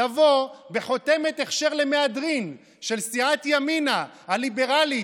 לבוא בחותמת הכשר למהדרין של סיעת ימינה הליברלית,